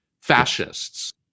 fascists